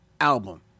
album